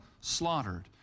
slaughtered